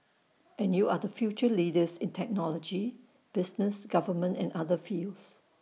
and you are the future leaders in technology business government and other fields